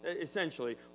essentially